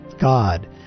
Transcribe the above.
God